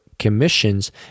commissions